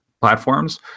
platforms